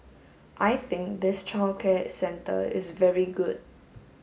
I think this childcare centre is very good